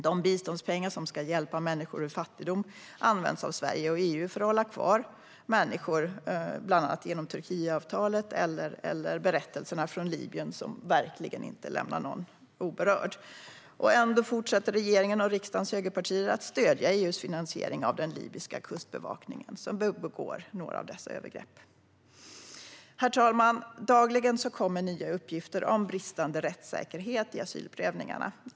De biståndspengar som ska hjälpa människor ur fattigdom används av Sverige och EU för att hålla kvar människor i fattigdom och förtryck, bland genom Turkietavtalet. Berättelserna från Libyen lämnar verkligen inte någon oberörd. Ändå fortsätter regeringen och riksdagens högerpartier att stödja EU:s finansiering av den libyska kustbevakningen som begår några av dessa övergrepp. Herr talman! Dagligen kommer nya uppgifter om bristande rättssäkerhet i asylprövningarna.